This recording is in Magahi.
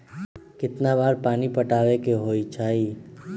कितना बार पानी पटावे के होई छाई?